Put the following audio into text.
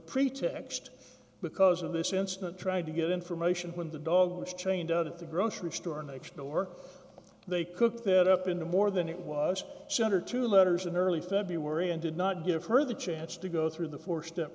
pretext because of this incident tried to get information when the dog was chained out at the grocery store next door they cooked it up into more than it was sent or two letters in early february and did not give her the chance to go through the four step